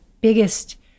biggest